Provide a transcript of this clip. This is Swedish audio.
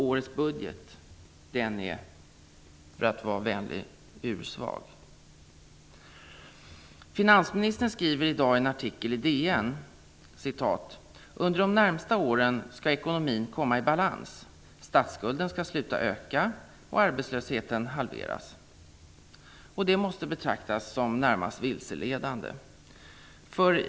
Årets budget är, för att vara vänlig, ursvag. Finansministern skriver i dag i en artikel i DN: ''Under de närmaste åren skall ekonomin komma i balans: statsskulden skall sluta öka, och arbetslösheten halveras.'' Detta måste betraktas som närmast vilseledande.